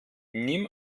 nimm